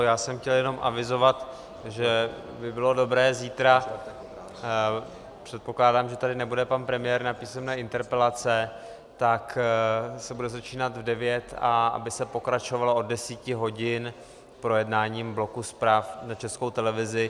Já jsem chtěl jenom avizovat, že by bylo dobré zítra, předpokládám, že tady nebude pan premiér na písemné interpelace, tak se bude začínat v devět, a aby se pokračovalo od 10 hodin projednáním bloku zpráv za Českou televizi.